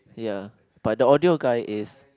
ya but the audio guy is